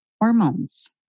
hormones